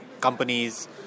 companies